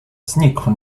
znikł